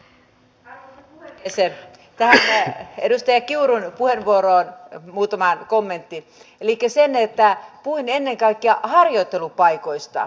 se lisäisi poliittisen päätöksenteon avoimuutta ja tekisi nykyistä näkyvämmäksi sen mitkä erilaiset intressitahot pyrkivät päätöksentekoon ja lainsäädäntötyöhön vaikuttamaan